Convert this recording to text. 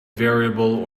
variable